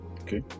Okay